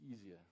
easier